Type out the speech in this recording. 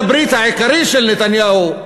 ובעל-הברית העיקרי של נתניהו,